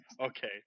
Okay